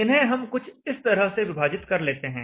इन्हें हम कुछ इस तरह से विभाजित कर लेते हैं